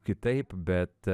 kitaip bet